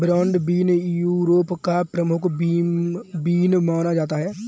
broad bean Europe का प्रमुख bean माना जाता है